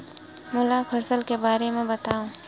मोला फसल के बारे म बतावव?